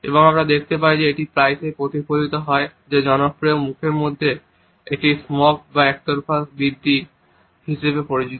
এবং আমরা দেখতে পাই যে এটি প্রায়শই প্রতিফলিত হয় যা জনপ্রিয়ভাবে মুখের মধ্যে একটি স্মর্ক বা একতরফা বৃদ্ধি হিসাবে পরিচিত